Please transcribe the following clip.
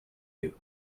you